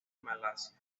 malasia